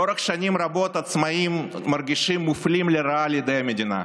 לאורך שנים רבות העצמאים מרגישים מופלים לרעה על ידי המדינה.